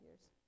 years